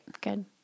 good